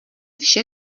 vše